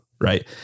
Right